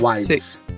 six